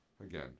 again